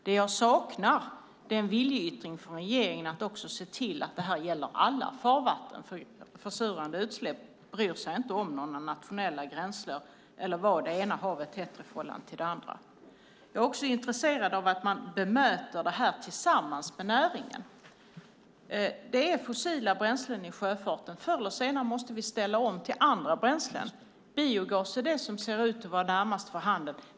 Det som jag saknar är en viljeyttring från regeringen att också se till att detta gäller alla farvatten eftersom försurande utsläpp inte bryr sig om några nationella gränser eller vad det ena eller andra havet heter. Jag är också intresserad av att man bemöter detta tillsammans med näringen. Det är fossila bränslen i sjöfarten. Förr eller senare måste vi ställa om till andra bränslen. Biogas är det som ser ut att vara närmast för handen.